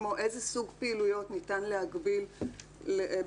כמו איזה סוג פעילויות ניתן להגביל על